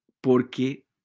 porque